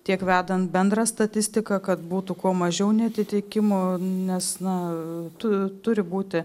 tiek vedant bendrą statistiką kad būtų kuo mažiau neatitikimų nes na tu turi būti